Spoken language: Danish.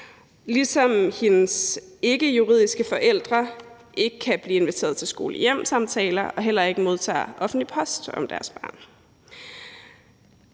ligesom hendes ikkejuridiske forældre ikke kan blive inviteret til skole-hjem-samtaler og heller ikke modtager offentlig post om deres barn.